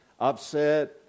upset